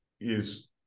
is-